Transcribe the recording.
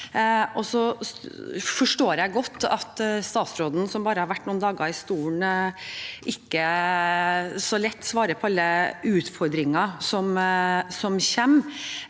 Jeg forstår godt at statsråden som bare har vært noen dager i stolen, ikke så lett svarer på alle utfordringer som kommer,